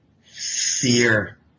fear